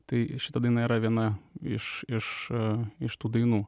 tai šita daina yra viena iš iš a iš tų dainų